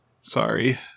Sorry